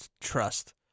trust